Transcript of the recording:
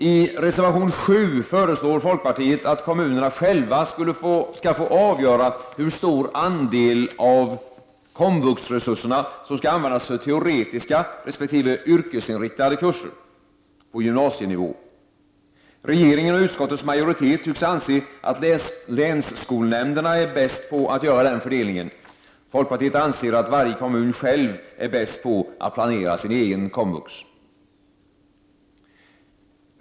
I reservation 7 föreslår folkpartiet att kommunerna själva skall få avgöra hur stor andel av komvuxresurserna som skall användas för teoretiska resp. yrkesinriktade kurser på gymnasienivå. Regeringen och utskottets majoritet tycks anse att länskolnämnderna är bäst på att göra den fördelningen. Folkpartiet anser att varje kommun själv är bäst på att planera sin egen komvux.